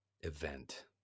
event